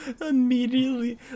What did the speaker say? immediately